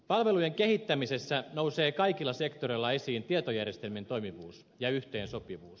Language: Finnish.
palvelujen kehittämisessä nousee kaikilla sektoreilla esiin tietojärjestelmien toimivuus ja yhteensopivuus